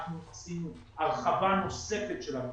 אנחנו עשינו הרחבה נוספת של ה-...